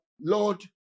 Lord